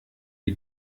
wir